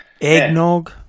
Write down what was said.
Eggnog